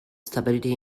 stability